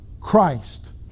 Christ